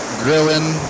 grilling